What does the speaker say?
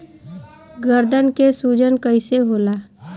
गर्दन के सूजन कईसे होला?